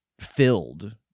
filled